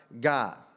God